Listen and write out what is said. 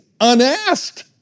unasked